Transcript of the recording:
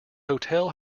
hotel